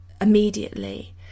immediately